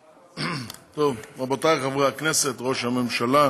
טוב, רבותיי חברי הכנסת, ראש הממשלה,